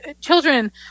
children